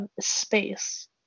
space